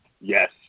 Yes